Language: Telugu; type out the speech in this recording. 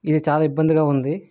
ఇది చాలా ఇబ్బందిగా ఉంది